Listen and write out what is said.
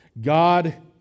God